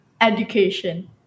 education